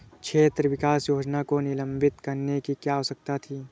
क्षेत्र विकास योजना को निलंबित करने की क्या आवश्यकता थी?